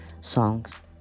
songs